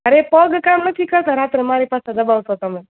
અરે પગ કામ નથી કરતા રાત્રે મારી પાસે દબાવશો તમે